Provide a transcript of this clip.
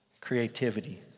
Creativity